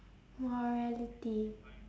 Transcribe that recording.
morality